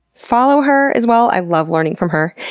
follow her as well. i love learning from her.